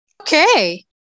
Okay